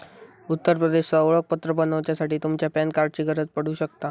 उत्तर प्रदेशचा ओळखपत्र बनवच्यासाठी तुमच्या पॅन कार्डाची गरज पडू शकता